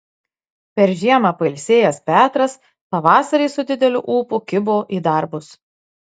per žiemą pailsėjęs petras pavasarį su dideliu ūpu kibo į darbus